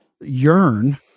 yearn